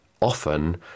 often